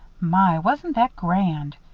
my! wasn't that grand!